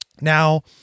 Now